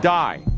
die